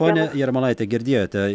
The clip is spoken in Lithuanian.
pone jarmalaite girdėjote